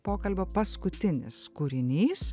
pokalbio paskutinis kūrinys